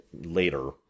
later